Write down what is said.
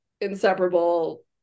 inseparable